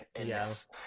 Yes